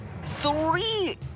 three